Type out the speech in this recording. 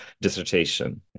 dissertation